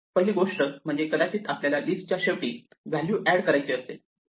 पहिली गोष्ट म्हणजे कदाचित आपल्याला लिस्टच्या शेवटी व्हॅल्यू ऍड करायची असेल